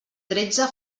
tretze